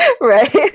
right